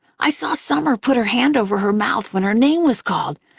i saw summer put her hand over her mouth when her name was called,